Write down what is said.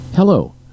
Hello